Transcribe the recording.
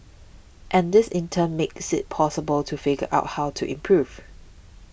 and this in turn makes it possible to figure out how to improve